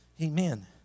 Amen